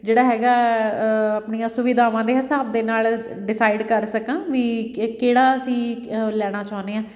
ਜਿਹੜਾ ਹੈਗਾ ਆਪਣੀਆਂ ਸੁਵਿਧਾਵਾਂ ਦੇ ਹਿਸਾਬ ਦੇ ਨਾਲ ਡਿਸਾਈਡ ਕਰ ਸਕਾਂ ਵੀ ਕਿ ਕਿਹੜਾ ਅਸੀਂ ਲੈਣਾ ਚਾਹੁੰਦੇ ਹਾਂ